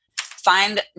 find